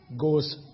goes